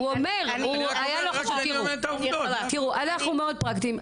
תראו אנחנו מאוד פרקטים,